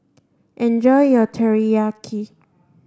enjoy your Teriyaki